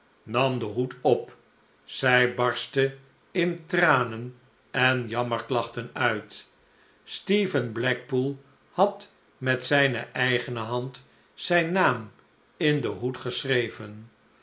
nam den hoed op zij barstte in tranen en jammerklachten uit stephen blackpool had met zijne eigene hand zijn naam in den hoed geschreven